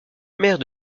maire